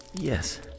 yes